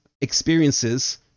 experiences